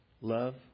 love